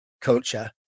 culture